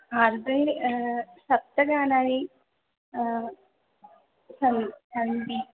अ तर्हि सप्तगानानि सन् सन्ति